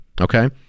Okay